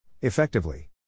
Effectively